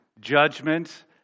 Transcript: judgment